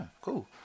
Cool